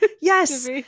Yes